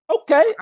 Okay